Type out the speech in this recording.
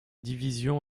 divisions